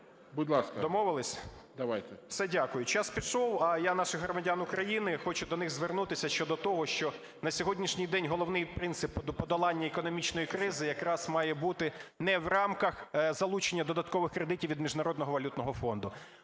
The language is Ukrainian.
О.С. Все. Дякую. Час пішов. А я наших громадян України, хочу до них звернутися щодо того, що на сьогоднішній день головний принцип подолання економічної кризи якраз має бути не в рамках залучення додаткових кредитів від Міжнародного валютного фонду.